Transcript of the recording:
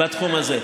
בתחום הזה.